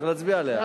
צריך להצביע על זה.